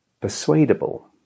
persuadable